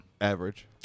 average